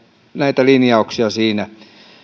näitä linjauksia siinä